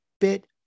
bit